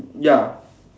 ya